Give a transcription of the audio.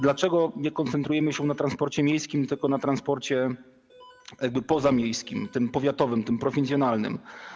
Dlaczego nie koncentrujemy się na transporcie miejskim, tylko na transporcie pozamiejskim, tym powiatowym, tym prowincjonalnym?